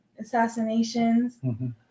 assassinations